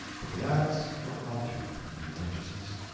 but the aunts were obdurate in their righteousness,